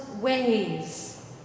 ways